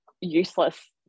useless